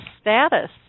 status